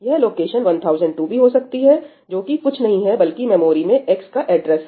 यह लोकेशन 1002 भी हो सकती है जो कि कुछ नहीं है बल्कि मेमोरी में x का एड्रेस है